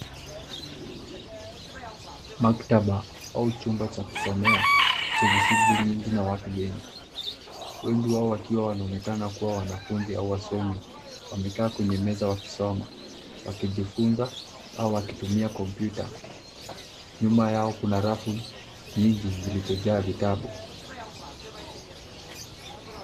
Maktaba au chumba Cha kusomea chenye shughuli nyingi na watu wengi. Wengi wao wakiwa wanaonekana kuwa wanafunzi au wasomi wamekaa kwenye meza wakisoma, wakijifunza au wakitumia kompyuta. Nyuma yao kuna rafu nyingi zilizojaa vitabu.